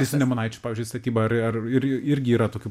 tai su nemunaičių pavyzdžiui statyba ar ar ir irgi yra tokių